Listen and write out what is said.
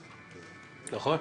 נכון?